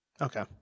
Okay